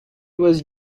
was